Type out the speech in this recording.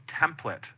template